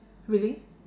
really